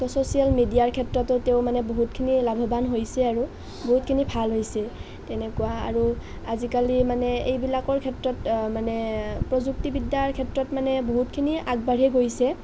social মিডিয়াৰ ক্ষেত্ৰতো তেওঁ মানে বহুতখিনি লাভৱান হৈছে আৰু বহুতখিনি ভাল হৈছে তেনেকুৱা আৰু আজিকালি মানে এইবিলাকৰ ক্ষেত্ৰত মানে প্ৰযুক্তি বিদ্যাৰ ক্ষেত্ৰত মানে বহুতখিনিয়ে আগবাঢ়িয়ে গৈছে